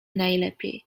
najlepiej